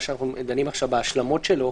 מה שאנחנו דנים עכשיו בהשלמות שלו,